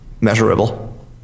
measurable